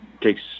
takes